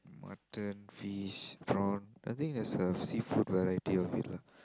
mutton fish prawn I think there's a seafood variety of it lah